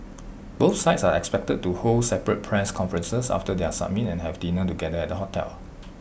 both sides are expected to hold separate press conferences after their summit and have dinner together at the hotel